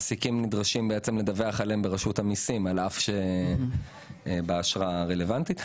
מעסיקים נדרשים לדווח עליהם ברשות המיסים באשרה הרלוונטית.